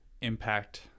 impact